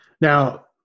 Now